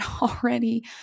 already